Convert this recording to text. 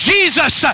Jesus